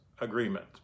agreement